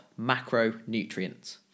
macronutrients